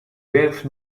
werf